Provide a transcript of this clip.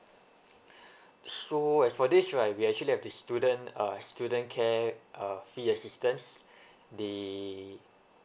so as for this right we actually have this student uh student care uh fee assistance they